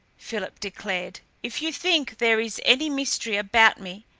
philip declared. if you think there is any mystery about me,